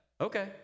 okay